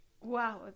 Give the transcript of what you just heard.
Wow